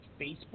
Facebook